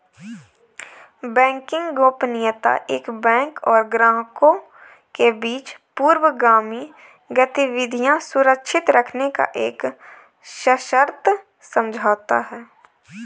banking गोपनीयता एक bank और ग्राहकों के बीच पूर्वगामी गतिविधियां सुरक्षित रखने का एक सशर्त समझौता है